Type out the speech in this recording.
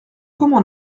comment